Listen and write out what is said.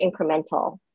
incremental